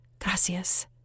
Gracias